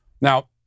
Now